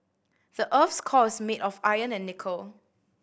the earth's core is made of iron and nickel